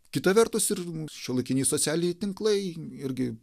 kita vertus ir šiuolaikiniai socialiniai tinklai irgi